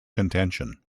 contention